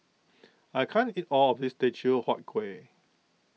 I can't eat all of this Teochew Huat Kuih